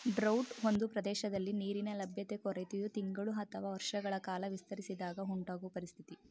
drought ಒಂದು ಪ್ರದೇಶದಲ್ಲಿ ನೀರಿನ ಲಭ್ಯತೆ ಕೊರತೆಯು ತಿಂಗಳು ಅಥವಾ ವರ್ಷಗಳ ಕಾಲ ವಿಸ್ತರಿಸಿದಾಗ ಉಂಟಾಗೊ ಪರಿಸ್ಥಿತಿ